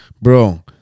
bro